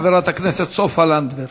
חברת הכנסת סופה לנדבר.